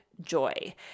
joy